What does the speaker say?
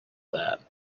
that